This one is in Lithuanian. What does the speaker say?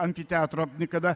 amfiteatro kada